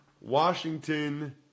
Washington